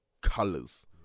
colors